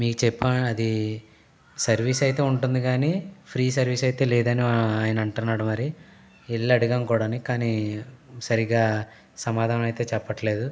మీకు చెప్పాన అది సర్వీస్ అయితే ఉంటుంది కానీ ఫ్రీ సర్వీస్ అయితే లేదని ఆయన అంటున్నాడు మరి ఎళ్ళి అడిగాము కూడా కానీ సరిగ్గా సమాధానం అయితే చెప్పట్లేదు